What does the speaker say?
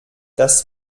das